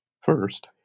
First